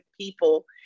people